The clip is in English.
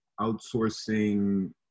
outsourcing